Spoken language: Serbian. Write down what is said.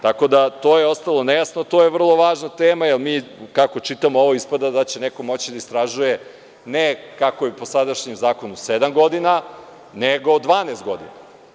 To je ostalo nejasno i to je vrlo važna tema, jer mi kako sada čitamo, ispada da će neko moći da istražuju, ne kako je po sadašnjem zakonu sedam godina, nego 12 godina.